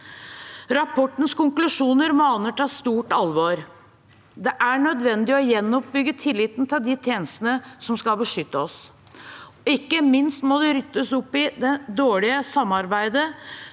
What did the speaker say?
Rapportens konklusjoner maner til stort alvor. Det er nødvendig å gjenoppbygge tilliten til de tjenestene som skal beskytte oss. Ikke minst må det ryddes opp i det dårlige samarbeidet